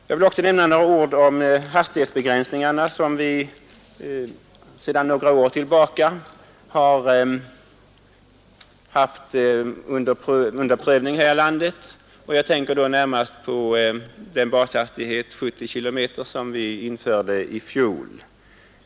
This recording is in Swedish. Jag vill också säga några ord om de hastighetsbegränsningar, som vi sedan några år tillbaka prövar här i landet. Jag tänker då närmast på den bashastighet, 70 km, som vi införde i fjol.